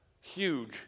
Huge